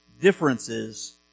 differences